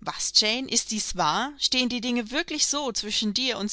was jane ist dies wahr stehen die dinge wirklich so zwischen dir und